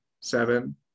seven